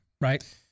right